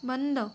बंद